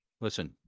Listen